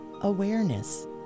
awareness